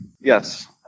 Yes